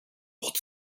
pod